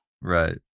Right